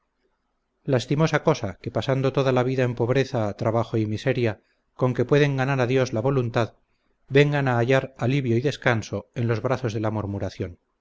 lastimosa cosa que pasando toda la vida en pobreza trabajo y miseria con que pueden ganar a dios la voluntad vengan a hallar alivio y descanso en los brazos de la murmuración